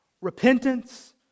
repentance